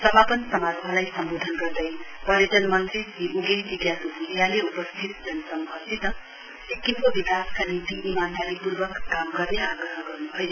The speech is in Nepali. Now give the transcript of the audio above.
समापन समारोहलाई सम्वोधन गर्दै पर्यटन मन्त्री श्री उगेन टी ग्याछो भुटियाले उपस्थित जनसमूहसित सिक्किमको विकासका निम्ति इमानदारी पूर्वक काम गर्ने आग्रह गर्नुभयो